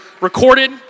recorded